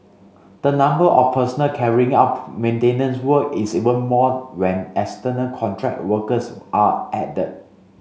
the number of personnel carrying out maintenance work is even more when external contract workers are added